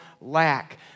lack